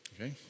Okay